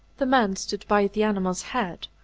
the man stood by the animal's head,